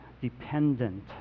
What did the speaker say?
dependent